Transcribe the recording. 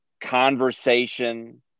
conversation